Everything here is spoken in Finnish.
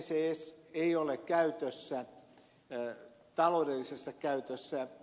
ccs ei ole taloudellisessa käytössä